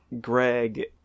Greg